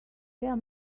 there